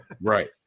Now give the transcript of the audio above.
Right